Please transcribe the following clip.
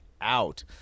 out